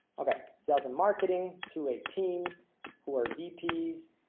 okay sales and marketing to eighteen who are vps